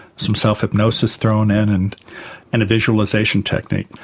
some self-hypnosis thrown in and and a visualisation technique.